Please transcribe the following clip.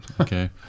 Okay